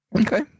Okay